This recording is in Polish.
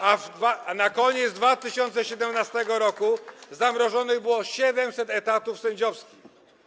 A na koniec 2017 r. zamrożonych było 700 etatów sędziowskich.